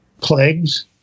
Plagues